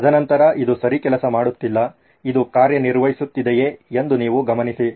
ತದನಂತರ ಇದು ಸರಿ ಕೆಲಸ ಮಾಡುತ್ತಿಲ್ಲ ಇದು ಕಾರ್ಯನಿರ್ವಹಿಸುತ್ತಿದೆಯೇ ಎಂದು ನೀವು ಗಮನಿಸಿ